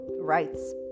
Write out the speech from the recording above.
rights